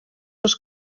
els